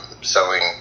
selling